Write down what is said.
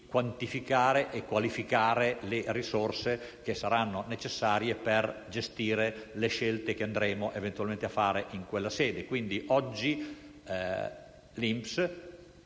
quantificare e qualificare le risorse che saranno necessarie per gestire le scelte che andremo a fare eventualmente in quella sede. Oggi dunque